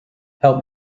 help